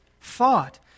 thought